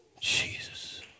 Jesus